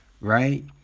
Right